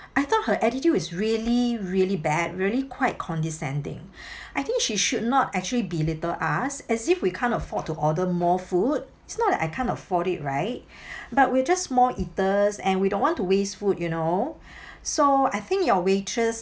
I thought her attitude is really really bad really quite condescending I think she should not actually belittle us as if we can't afford to order more food it's not that I can't afford it right but we're just small eaters and we don't want to waste food you know so I think your waitress